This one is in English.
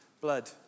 blood